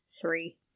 three